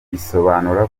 bisobanura